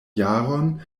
jaron